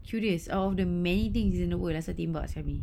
curious out of the many things in the world rasa tembak sia me